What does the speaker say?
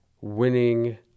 winning